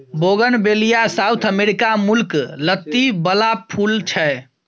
bougainvillea south America मुलक लत्ती बला फुल छै